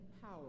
power